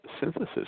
synthesis